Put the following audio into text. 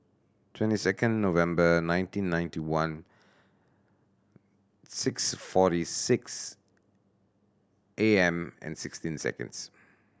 twenty second November nineteen ninety one six forty six A M and sixteen seconds